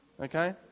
Okay